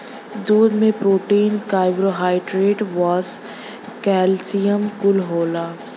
दूध में protein, carbohydrate, वसा, कैल्सियम कुल होला